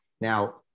now